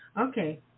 okay